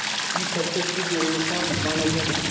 इ सबसे शुद्ध रेसा मानल जाला